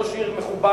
ראש עיר מכובד,